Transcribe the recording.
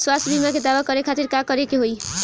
स्वास्थ्य बीमा के दावा करे के खातिर का करे के होई?